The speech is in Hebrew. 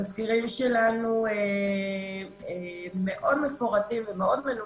התזכירים שלנו מאוד מפורטים ומאוד ומנומקים.